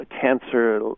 cancer